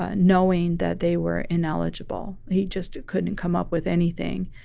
ah knowing that they were ineligible. he just couldn't come up with anything.